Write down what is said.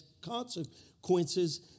consequences